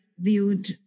Viewed